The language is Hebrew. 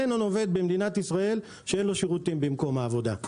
אין עוד עובד במדינת ישראל שאין לו שירותים במקום העבודה.